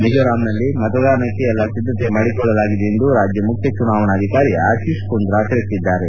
ಮಿಜೋರಾಂನಲ್ಲಿ ಮತದಾನಕ್ಕೆ ಎಲ್ಲಾ ಸಿದ್ಧತೆ ಮಾಡಿಕೊಳ್ಳಲಾಗಿದೆ ಎಂದು ರಾಜ್ಯ ಮುಖ್ಯಿ ಚುನಾವಣಾಧಿಕಾರಿ ಆಶೀಶ್ ಕುಂದ್ರಾ ತಿಳಿಸಿದ್ದಾರೆ